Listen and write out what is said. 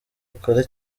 akore